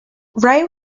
wright